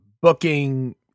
booking